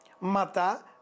Mata